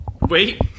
wait